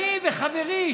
אני וחברי,